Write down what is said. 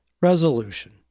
resolution